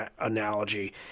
analogy